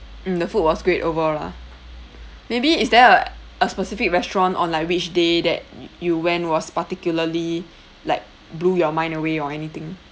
mm the food was great overall lah maybe is there a a specific restaurant on like which day that you you went was particularly like blew your mind away or anything